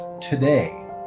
today